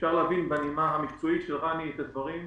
אפשר להבין בנימה המקצועית של רני את הדברים.